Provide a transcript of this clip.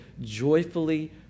joyfully